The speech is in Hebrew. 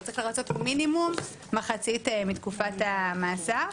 אז צריך לרצות מינימום מחצית מתקופת המאסר.